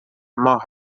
ماه